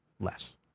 less